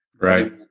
Right